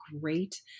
great